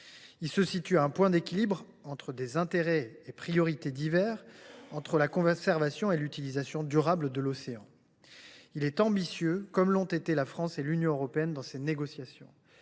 Il se situe à un point d’équilibre entre des intérêts et priorités divers, entre la conservation et l’utilisation durable de l’océan. Il est ambitieux, comme l’ont été la France et l’Union européenne dans ces négociations.